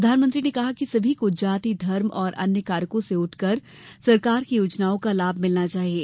प्रधानमंत्री ने कहा कि सभी को जाति धर्म और अन्य कारकों से ऊपर उठकर सरकार की योजनाओं का लाभ मिलना चाहिये